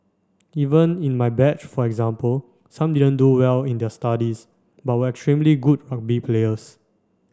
even in my batch for example some didn't do well in their studies but were extremely good rugby players